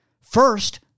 First